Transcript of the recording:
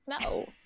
No